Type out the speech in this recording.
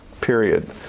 Period